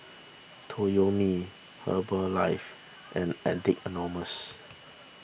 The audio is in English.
Toyomi Herbalife and Addicts Anonymous